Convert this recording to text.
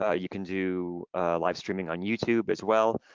ah you can do live streaming on youtube as well.